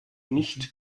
nicht